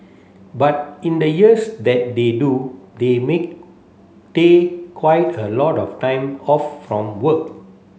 but in the years that they do they make take quite a lot of time off from work